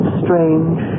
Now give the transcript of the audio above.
strange